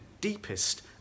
deepest